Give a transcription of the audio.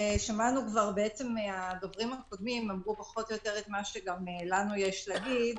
כבר אמרו פחות או יותר גם מה שלנו יש להגיד.